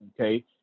okay